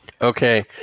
Okay